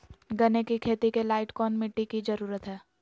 गन्ने की खेती के लाइट कौन मिट्टी की जरूरत है?